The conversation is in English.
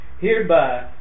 Hereby